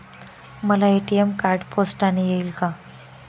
मला ATM card पोस्टाने येईल का?